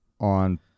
on